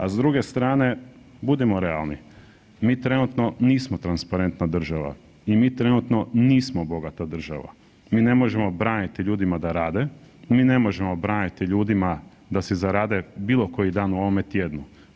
A s druge strane budimo realni, mi trenutno nismo transparentna država i mi trenutno nismo bogata država, mi ne možemo braniti ljudima da rade, mi ne možemo braniti ljudima da si zarade bilo koji dan u ovome tjednu.